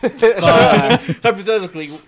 Hypothetically